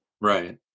right